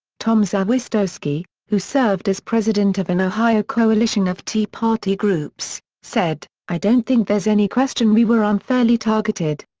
tom zawistowski, who served as president of an ohio coalition of tea party groups, said, i don't think there's any question we were unfairly targeted.